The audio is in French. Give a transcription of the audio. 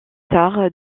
tard